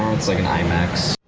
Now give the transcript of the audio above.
it's like an imax